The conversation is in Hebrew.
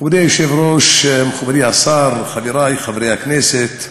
כבוד היושב-ראש, מכובדי השר, חברי חברי הכנסת,